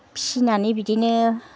फिसिनानै बिदिनो